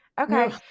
Okay